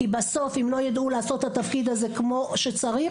כי אם לא ידעו לעשות את התפקיד הזה כמו שצריך,